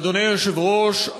אדוני היושב-ראש,